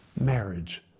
marriage